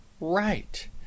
right